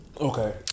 Okay